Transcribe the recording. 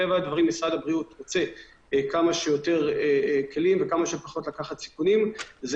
הגיוני שמשרד הבריאות רוצה לקחת כמה שפחות סיכוני בריאות,